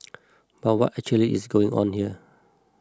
but what actually is going on here